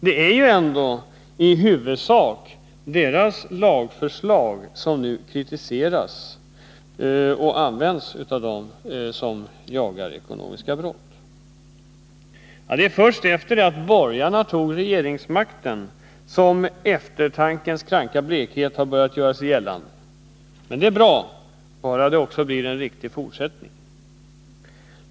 Det är ändå i huvudsak deras lagförslag, som nu kritiseras och används av dem som jagar ekonomisk brottslighet. Det är först efter det att borgarna tog regeringsmakten som eftertankens kranka blekhet har börjat göra sig gällande. Men det är bra, bara det blir en riktig fortsättning.